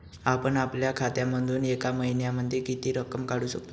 आपण आपल्या खात्यामधून एका महिन्यामधे किती रक्कम काढू शकतो?